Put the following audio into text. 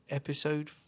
episode